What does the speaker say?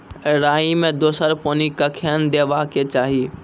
राई मे दोसर पानी कखेन देबा के चाहि?